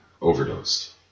overdosed